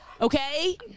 okay